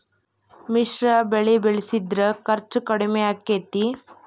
ಮಿಶ್ರ ಬೆಳಿ ಬೆಳಿಸಿದ್ರ ಖರ್ಚು ಕಡಮಿ ಆಕ್ಕೆತಿ?